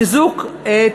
חיזוק את